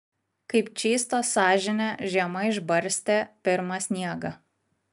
kaip čystą sąžinę žiema išbarstė pirmą sniegą